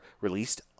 released